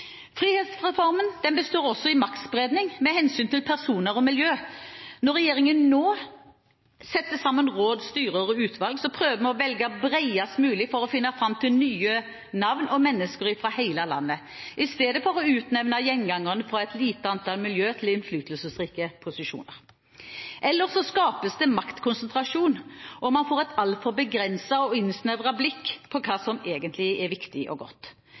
Frihetsreformen består også i maktspredning med hensyn til personer og miljøer. Når regjeringen nå setter sammen råd, styrer og utvalg, prøver vi å velge bredest mulig for å finne fram til nye navn og mennesker fra hele landet, i stedet for å utnevne gjengangere fra et lite antall miljøer til innflytelsesrike posisjoner – hvis ikke skapes det maktkonsentrasjon, og man får et altfor begrenset og innsnevret blikk på hva som egentlig er viktig og godt.